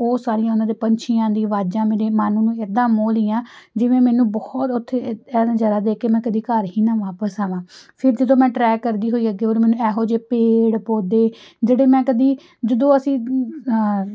ਉਹ ਸਾਰੀਆਂ ਉਹਨਾਂ ਦੇ ਪੰਛੀਆਂ ਦੀ ਆਵਾਜ਼ਾਂ ਮੇਰੇ ਮਨ ਨੂੰ ਇੱਦਾਂ ਮੋਹ ਲਈਆਂ ਜਿਵੇਂ ਮੈਨੂੰ ਬਹੁਤ ਉੱਥੇ ਇ ਇਹ ਨਜ਼ਾਰਾ ਦੇਖ ਕੇ ਮੈਂ ਕਦੇ ਘਰ ਹੀ ਨਾ ਵਾਪਸ ਆਵਾਂ ਫਿਰ ਜਦੋਂ ਮੈਂ ਟਰੈਕ ਕਰਦੀ ਹੋਈ ਅੱਗੇ ਹੋਰ ਮੈਨੂੰ ਇਹੋ ਜਿਹੇ ਪੇੜ ਪੌਦੇ ਜਿਹੜੇ ਮੈਂ ਕਦੇ ਜਦੋਂ ਅਸੀਂ